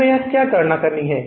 तो हमें यहाँ क्या गणना करनी है